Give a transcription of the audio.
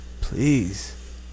Please